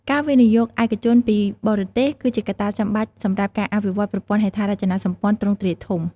ការវិនិយោគឯកជនពីបរទេសគឺជាកត្តាចាំបាច់សម្រាប់ការអភិវឌ្ឍប្រព័ន្ធហេដ្ឋារចនាសម្ព័ន្ធទ្រង់ទ្រាយធំ។